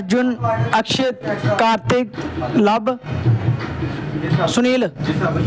Arjun Akshay Kartik Luv Sunil